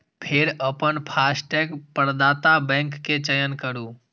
फेर अपन फास्टैग प्रदाता बैंक के चयन करू